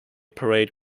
parade